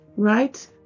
Right